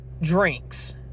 drinks